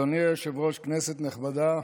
אדוני היושב-ראש, כנסת נכבדה,